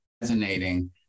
resonating